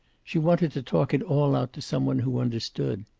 she wanted to talk it all out to some one who understood.